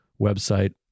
website